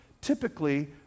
Typically